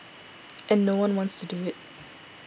and no one wants to do it